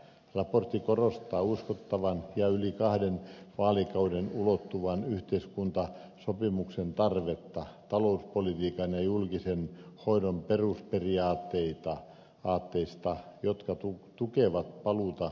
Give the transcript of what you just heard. raportti korostaa uskottavan ja yli kahden vaalikauden ulottuvan yhteiskuntasopimuksen tarvetta talouspolitiikan ja julkisen hoidon perusperiaatteista jotka tukevat paluuta talouskasvuun